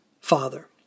Father